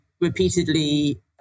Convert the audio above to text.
repeatedly